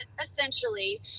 essentially